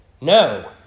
No